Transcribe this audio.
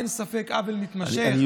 אין ספק, עוול מתמשך.